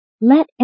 Let